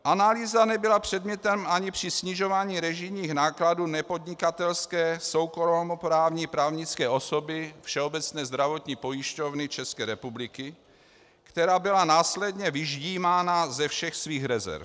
Analýza nebyla předmětem ani při snižování režijních nákladů nepodnikatelské soukromoprávní právnické osoby Všeobecné zdravotní pojišťovny České republiky, která byla následně vyždímána ze všech svých rezerv.